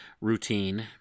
routine